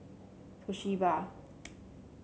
Toshiba